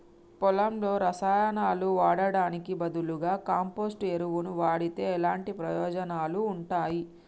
పొలంలో రసాయనాలు వాడటానికి బదులుగా కంపోస్ట్ ఎరువును వాడితే ఎలాంటి ప్రయోజనాలు ఉంటాయి?